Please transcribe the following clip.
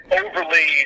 overly